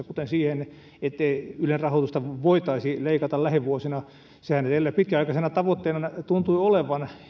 kuten siihen ettei ylen rahoitusta voitaisi leikata lähivuosina sehän heillä pitkäaikaisena tavoitteena tuntui olevan